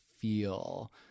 feel